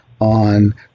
on